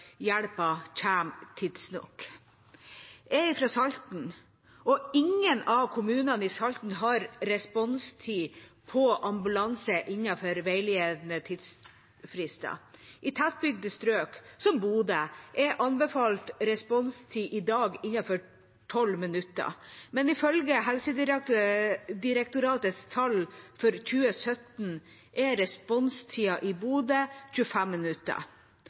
tidsnok. Jeg er fra Salten, og ingen av kommunene i Salten har responstid på ambulanse innenfor veiledende tidsfrister. I tettbygde strøk, som Bodø, er anbefalt responstid i dag innenfor 12 minutter, men ifølge Helsedirektoratets tall for 2017 er responstida i Bodø 25 minutter.